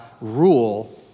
rule